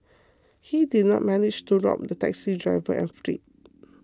he did not manage to rob the taxi driver and fled